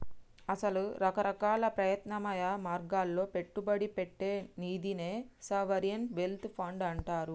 అసల రకరకాల ప్రత్యామ్నాయ మార్గాల్లో పెట్టుబడి పెట్టే నిదినే సావరిన్ వెల్త్ ఫండ్ అంటారు